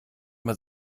man